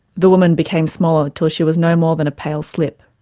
the woman became smaller till she was no more than a pale slip,